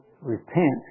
repent